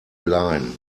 line